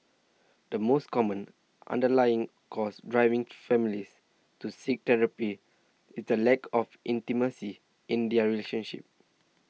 the most common underlying cause driving families to seek therapy is the lack of intimacy in their relationships